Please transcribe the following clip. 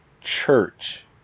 church